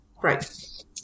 Right